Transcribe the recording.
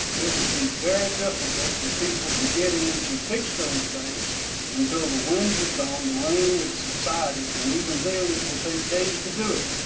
it will be very difficult for people to get into fix those things until the winds have gone, the rain has subsided, and even then it will take days to do it.